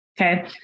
Okay